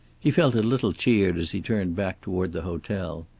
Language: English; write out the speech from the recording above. he felt a little cheered as he turned back toward the hotel.